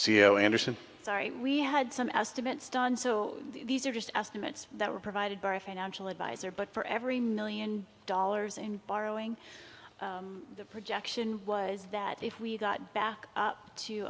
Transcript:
o anderson sorry we had some estimates done so these are just estimates that were provided by a financial advisor but for every million dollars in borrowing the projection was that if we got back